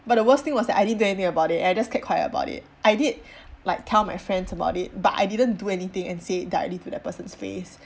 but the worst thing was that I didn't do anything about it and I just kept quiet about it I did like tell my friends about it but I didn't do anything and say it directly to the person's face